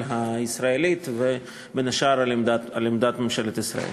הישראלית ובין השאר על עמדת ממשלת ישראל.